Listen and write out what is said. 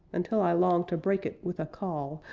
until i longed to break it with a call,